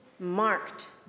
marked